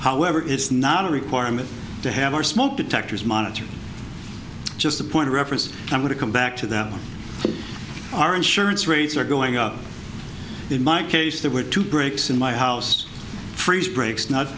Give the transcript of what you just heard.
however it's not a requirement to have our smoke detectors monitored just a point of reference i'm going to come back to that our insurance rates are going up in my case there were two bricks in my house freeze breaks not